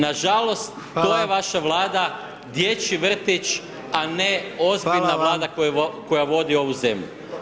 Nažalost, to je vaša Vlada, dječji vrtić a ne ozbiljna Vlada koju vodi ovu zemlju.